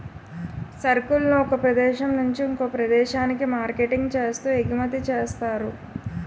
సరుకులను ఒక ప్రదేశం నుంచి ఇంకొక ప్రదేశానికి మార్కెటింగ్ చేస్తూ ఎగుమతి చేస్తారు